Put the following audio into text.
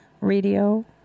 radio